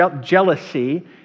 jealousy